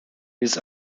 his